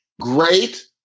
Great